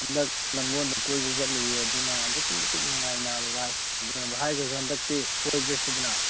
ꯍꯟꯗꯛ ꯂꯥꯡꯒꯣꯜꯗ ꯀꯣꯏꯕ ꯆꯠꯂꯨꯏꯑꯦ ꯑꯗꯨꯅ ꯑꯗꯨꯛꯀꯤ ꯃꯇꯤꯛ ꯅꯨꯡꯉꯥꯏ ꯅꯥꯕ ꯚꯥꯏ ꯑꯗꯨꯅ ꯚꯥꯏ ꯍꯣꯏꯁꯨ ꯍꯟꯗꯛꯇꯤ ꯀꯣꯏꯕ ꯆꯠꯁꯤꯗꯅ